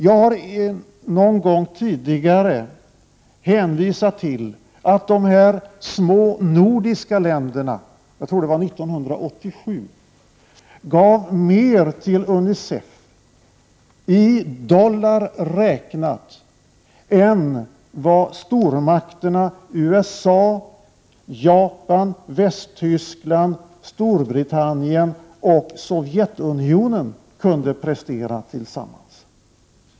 Jag har någon gång tidigare — jag tror det var 1987 — hänvisat till att de små nordiska länderna gav mer till Unicef i dollar räknat än vad stormakterna USA, Japan, Västtyskland, Storbritannien och Sovjetunionen kunde prestera tillsammans.